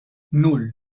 nul